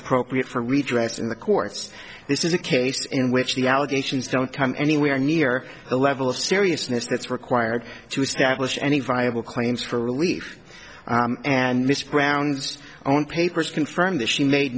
appropriate for redress in the courts this is a case in which the allegations don't come anywhere near the level of seriousness that's required to establish any viable claims for relief and mr brown's own papers confirm that she made